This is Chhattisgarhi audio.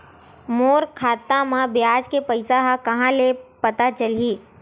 मोर खाता म ब्याज के पईसा ह कहां ले पता चलही?